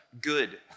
Good